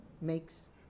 makes